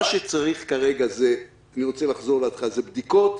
מה שצריך כרגע ואני רוצה לחזור להתחלה הוא בדיקות,